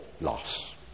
loss